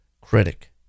critic